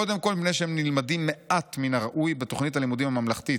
קודם כול מפני שהם נלמדים מעט מן הראוי בתוכנית הלימודים הממלכתית,